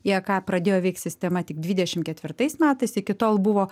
jk pradėjo veikt sistema tik dvidešimt ketvirtais metais iki tol buvo